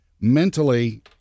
mentally